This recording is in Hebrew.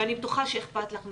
ואני בטוחה שאכפת לך מזה,